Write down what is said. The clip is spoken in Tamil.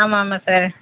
ஆமாம் ஆமாம் சார்